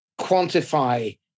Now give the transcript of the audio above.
quantify